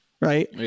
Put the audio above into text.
right